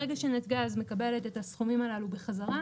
ברגע שנתג"ז מקבלת את הסכומים הללו בחזרה,